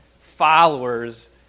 followers